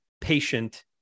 patient